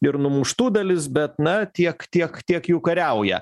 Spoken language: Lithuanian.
ir numuštų dalis bet na tiek tiek tiek jų kariauja